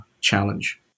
challenge